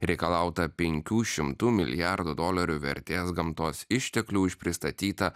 reikalauta penkių šimtų milijardų dolerių vertės gamtos išteklių už pristatytą